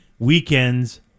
Weekends